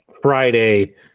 Friday